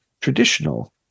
traditional